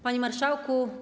Panie Marszałku!